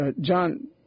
John